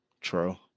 true